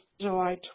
July